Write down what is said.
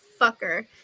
fucker